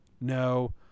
no